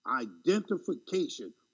Identification